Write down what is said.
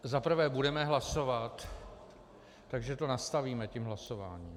Zaprvé budeme hlasovat, takže to nastavíme tím hlasováním.